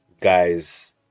guys